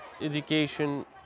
education